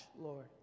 Lord